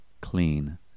clean